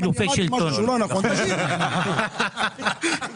(היו"ר אחמד טיבי 13:12)